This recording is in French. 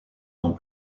dans